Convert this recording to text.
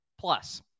Plus